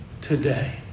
today